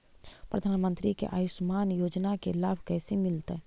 प्रधानमंत्री के आयुषमान योजना के लाभ कैसे मिलतै?